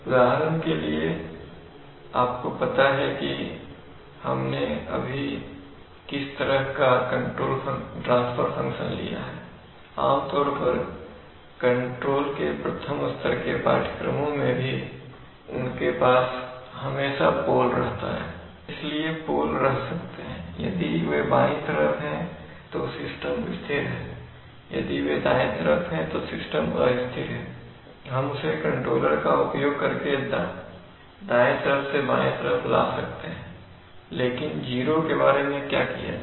उदाहरण के लिए आपको पता है हमने अभी तक किस तरह का ट्रांसफर फंक्शन लिया है आमतौर पर कंट्रोल के प्रथम स्तर के पाठ्यक्रमों में भी उनके पास हमेशा पोल रहता है इसलिए पोल रह सकते हैं यदि वे बाई तरफ हैं तो सिस्टम स्थिर है और यदि वे दाएं तरफ हैं तो सिस्टम अस्थिर है हम उसे कंट्रोलर का उपयोग करके दाएं तरफ से बाएं तरफ ला सकते हैं लेकिन जीरो के बारे में क्या किया जाए